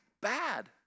bad